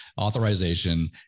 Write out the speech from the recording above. authorization